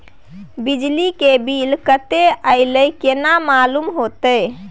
बिजली के बिल कतेक अयले केना मालूम होते?